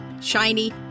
shiny